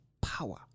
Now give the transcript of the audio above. power